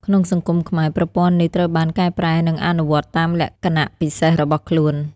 ក្នុងសង្គមខ្មែរ ប្រព័ន្ធនេះត្រូវបានកែប្រែនិងអនុវត្តតាមលក្ខណៈពិសេសរបស់ខ្លួន។